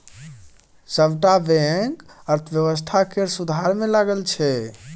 सबटा बैंक अर्थव्यवस्था केर सुधार मे लगल छै